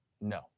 No